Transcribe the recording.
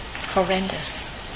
horrendous